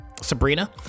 sabrina